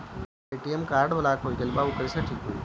हमर ATM card block हो गईल बा ऊ कईसे ठिक होई?